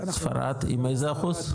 ספרד עם איזה אחוז?